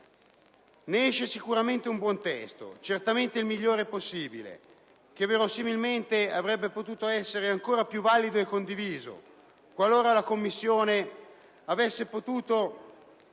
Ne esce un buon testo, certamente il migliore possibile, che verosimilmente avrebbe potuto essere ancor più valido e condiviso qualora la Commissione avesse potuto